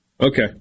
Okay